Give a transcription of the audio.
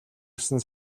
гэсэн